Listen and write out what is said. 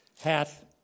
hath